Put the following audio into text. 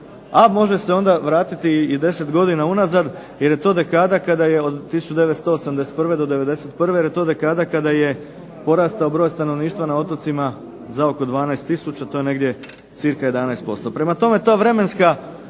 a može se onda vratiti i 10 godina unazad, jer je to dekada kada je od 1981. do '91. jer je to dekada kada je porastao broj stanovništva na otocima za oko 12 tisuća to je negdje cca 11%. Prema tome, ta vremenska